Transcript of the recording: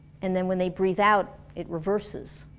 and then when they breath out it reverses.